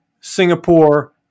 Singapore